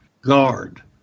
guard